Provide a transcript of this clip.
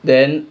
then